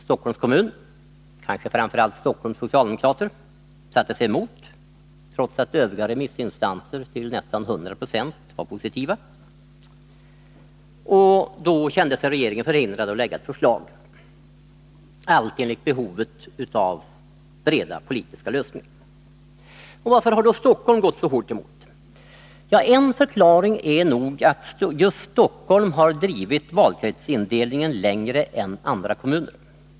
Stockholms kommun — kanske framför allt Stockholms socialdemokater — satte sig emot förslaget, trots att övriga remissinstanser till nästan 100 26 var positiva. Därmed kände sig regeringen förhindrad att lägga fram ett förslag enligt utredningens tankegång, allt enligt behovet av breda politiska lösningar. Varför har då Stockholm gått så hårt emot detta? En förklaring är nog att just Stockholm har drivit valkretsindelningen längre än andra kommuner.